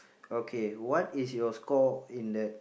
okay what is your score in that